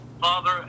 father